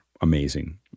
amazing